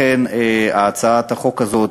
לכן הצעת החוק הזאת,